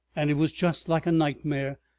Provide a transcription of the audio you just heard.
and it was just like a nightmare,